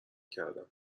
کردم